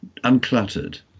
uncluttered